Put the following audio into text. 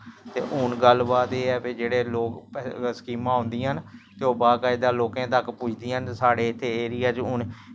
ते हून गल्ल बात एह् ऐ जे भाई जेह्ड़े लोक स्कीमां औंदियां न ते ओह् बाकायदा लोकें तक पुजदियां न ते साढ़े इत्थें एरिया च हून